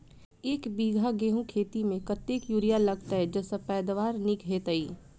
एक बीघा गेंहूँ खेती मे कतेक यूरिया लागतै जयसँ पैदावार नीक हेतइ?